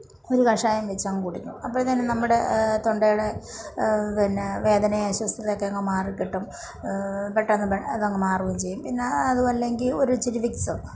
ഒരു കഷായം വെച്ച് അങ്ങ് കുടിക്കും അപ്പോഴത്തേനും നമ്മുടെ തൊണ്ടയുടെ പിന്നെ വേദനയും ആസ്വസ്ഥതയൊക്കെ അങ്ങ് മാറിക്കിട്ടും പെട്ടെന്ന് ഇതങ്ങ് മാറും ചെയ്യും പിന്നെ അതും അല്ലെങ്കിൽ ഒരു ഇത്തിരി വിക്സ്